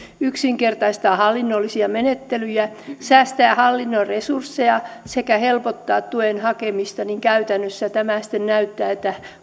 yksinkertaistaa hallinnollisia menettelyjä säästää hallinnon resursseja sekä helpottaa tuen hakemista mutta käytännössä tämä sitten näyttää